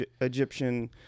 Egyptian